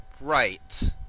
Right